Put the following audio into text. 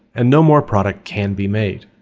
and no more product can be made.